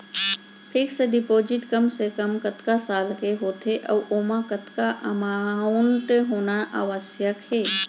Fix deposit कम से कम कतका साल के होथे ऊ ओमा कतका अमाउंट होना आवश्यक हे?